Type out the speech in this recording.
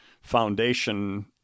foundation